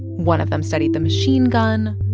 one of them studied the machine gun.